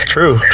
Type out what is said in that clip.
True